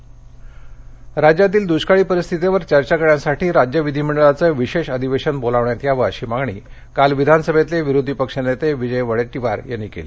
दुष्काळ राज्यातील दुष्काळी परिस्थितीवर चर्चा करण्यासाठी राज्य विधिमंडळाचं विशेष अधिवेशन बोलावण्यात यावं अशी मागणी काल विधानसभेतले विरोधीपक्ष नेते विजय वडेट्टीवार यांनी केली